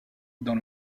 dans